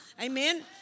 amen